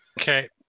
Okay